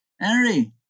Henry